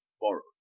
borrowed